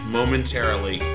momentarily